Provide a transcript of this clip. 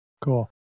Cool